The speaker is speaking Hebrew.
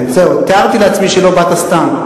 זהו, תיארתי לעצמי שלא באת סתם.